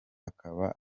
akaba